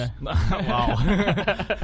wow